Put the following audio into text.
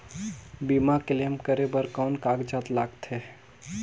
बीमा क्लेम करे बर कौन कागजात लगथे?